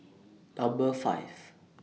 Number five